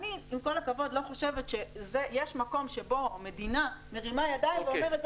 אני עם כל הכבוד לא חושבת שיש מקום שבו המדינה מרימה ידיים ואומרת,